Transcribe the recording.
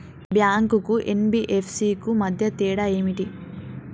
Bank కు NBFC కు మధ్య తేడా ఏమిటి?